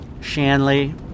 Shanley